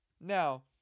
Now